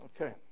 Okay